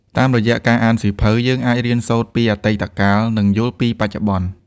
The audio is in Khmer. តាមរយៈការអានសៀវភៅ យើងអាច រៀនសូត្រពីអតីតកាល និងយល់ពីបច្ចុប្បន្ន។